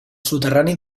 soterrani